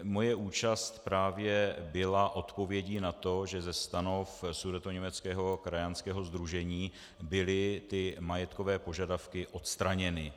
Moje účast právě byla odpovědí na to, že ze stanov sudetoněmeckého krajanského sdružení byly ty majetkové požadavky odstraněny.